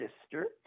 sister